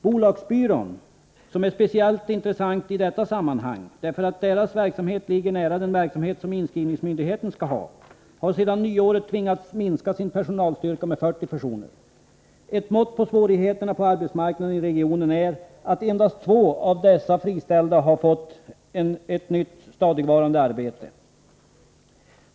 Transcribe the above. Bolagsbyrån, som är speciellt intressant i detta sammanhang, eftersom dess verksamhet ligger nära den verksamhet som inskrivningsmyndigheten skall ha, har sedan nyåret tvingats minska sin personalstyrka med 40 personer. Ett mått på svårigheterna på arbetsmarknaden i regionen är att endast två av dessa friställda har fått ett nytt stadigvarande arbete.